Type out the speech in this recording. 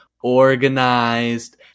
organized